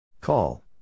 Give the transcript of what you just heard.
Call